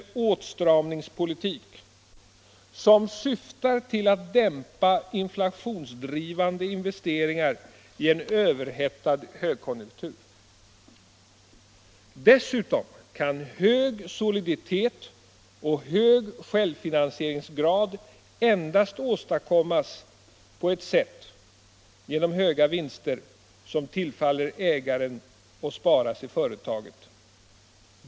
åtstramningspolitik som syftar till att dämpa inflationsdrivande investeringar i en överhettad högkonjunktur. Dessutom kan hög soliditet och hög självfinansieringsgrad endast åstadkommas på ett sätt — genom höga vinster, som tillfaller ägarna och sparas i företaget.